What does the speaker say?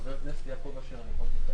חבר הכנסת יעקב אשר, אני יכול להתייחס?